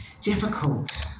difficult